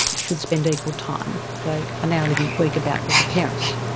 should spend equal time. they are now living week-about with the parents.